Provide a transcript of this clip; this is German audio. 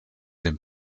dem